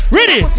Ready